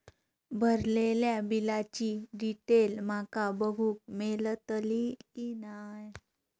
भरलेल्या बिलाची डिटेल माका बघूक मेलटली की नाय?